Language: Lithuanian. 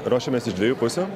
ruošiamės iš dviejų pusių